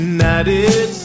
United